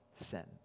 sin